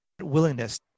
willingness